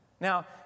Now